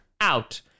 out